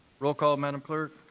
roll call, madam clerk.